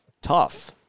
tough